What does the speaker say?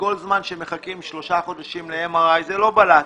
כל זמן שמחכים שלושה חודשים ל-MRI, זה לא בלט.